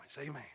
Amen